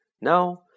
Now